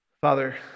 Father